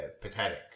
pathetic